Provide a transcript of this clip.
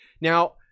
Now